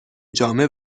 جامع